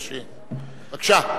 בבקשה.